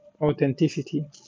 authenticity